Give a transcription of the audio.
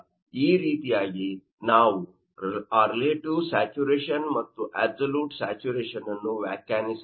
ಆದ್ದರಿಂದ ಈ ರೀತಿಯಾಗಿ ನಾವು ಆ ರಿಲೇಟಿವ್ ಸ್ಯಾಚುರೇಶನ್ ಮತ್ತು ಅಬ್ಸಲ್ಯೂಟ್ ಸ್ಯಾಚುರೇಶನ್ ಅನ್ನು ವ್ಯಾಖ್ಯಾನಿಸಬಹುದು